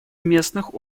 местных